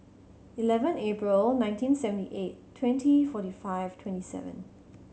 eleven April nineteen seventy eight twenty forty five twenty seven